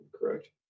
correct